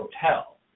Hotel